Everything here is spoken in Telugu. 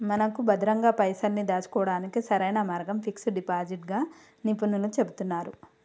మనకు భద్రంగా పైసల్ని దాచుకోవడానికి సరైన మార్గం ఫిక్స్ డిపాజిట్ గా నిపుణులు చెబుతున్నారు